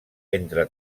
entre